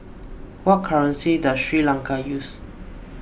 what currency does Sri Lanka use